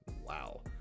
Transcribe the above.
wow